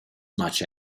much